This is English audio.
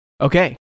Okay